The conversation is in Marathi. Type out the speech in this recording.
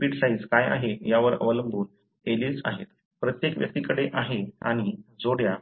आणि रिपीट साइज काय आहे यावर अवलंबून एलील्स आहेत प्रत्येक व्यक्तीकडे आहे आणि जोड्या